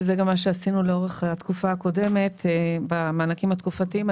וזה גם מה שעשינו לאורך התקופה הקודמת במענקים התקופתיים,